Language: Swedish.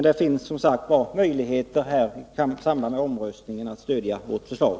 Det finns, som sagt, möjligheter att i samband med omröstningen stödja vårt förslag.